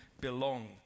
Belong